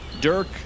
Dirk